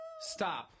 Stop